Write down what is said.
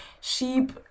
sheep